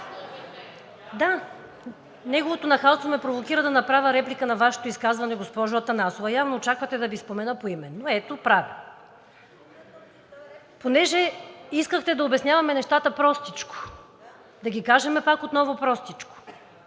Да! Неговото нахалство ме провокира да направя реплика на Вашето изказване, госпожо Атанасова! Явно очаквате да Ви спомена поименно! Ето, правя го. Понеже искахте да обясняваме нещата простичко, да ги кажем пак отново простичко: